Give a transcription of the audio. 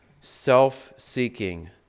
self-seeking